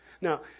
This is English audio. Now